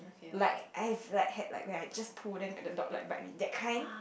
like I have like had like where I just pull than at the dog like but me that kinds